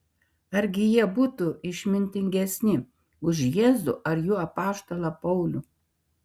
argi jie būtų išmintingesni už jėzų ar jo apaštalą paulių